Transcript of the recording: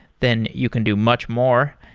then you can do much more.